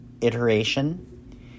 iteration